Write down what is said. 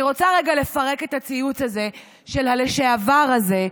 אני רוצה רגע לפרק את הציוץ הזה של הלשעבר הזה,